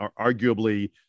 arguably